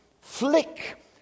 flick